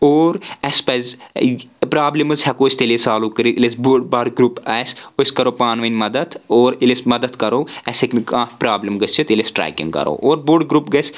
اور اَسہِ پزِ پرابلمٕز ہٮ۪کو أسۍ تیٚلے سولو کٔرِتھ ییٚلہِ اَسہِ بوٚڈ بارٕ گرُپ آسہِ أسۍ کرو پانہٕ ؤنۍ مدتھ اور ییٚلہِ أسۍ مدتھ کرو اَسہِ ہٮ۪کہِ نہٕ کانٛہہ پرابلم گٔژھِتھ ییٚلہِ أسۍ ٹریکنگ کرو اور بوٚڈ گرُپ گژھِ